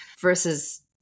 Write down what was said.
versus